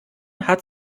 hat